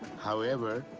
however,